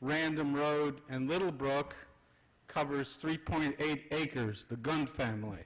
random road and little broke covers three point eight acres the gun family